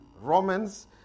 Romans